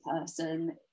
person